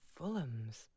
Fulhams